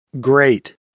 Great